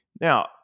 now